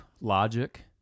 logic